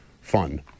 fun